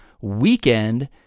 weekend